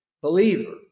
believer